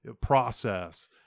process